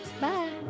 Bye